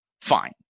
fine